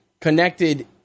connected